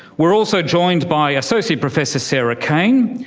we're also joined by associate professor sarah kaine,